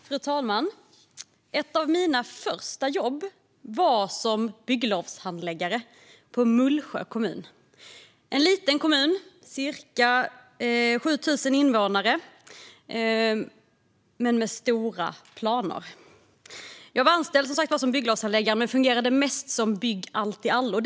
Fru talman! Ett av mina första jobb var som bygglovshandläggare på Mullsjö kommun. Det är en liten kommun med ca 7 000 invånare men med stora planer. Jag var anställd som bygglovshandläggare men fungerade mest som bygg-allt-i-allo.